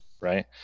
right